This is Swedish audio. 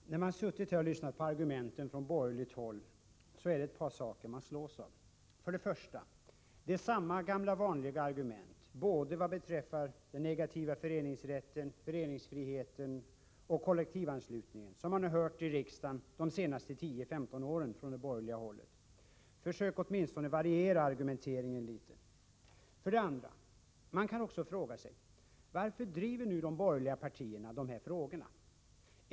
Om kollektivan Herr talman! När man sitter här och lyssnar på argumenten från borgerligt slutningen till poli håll är det ett par saker som man slås av. För det första är det samma gamla tiskt parti vanliga argument beträffande både den negativa föreningsrätten, föreningsfriheten och kollektivanslutningen som man hört här i riksdagen de senaste 10-15 åren från det borgerliga hållet. Försök åtminstone att variera argumenteringen litet! För det andra kan man fråga sig varför de borgerliga partierna nu driver de här frågorna.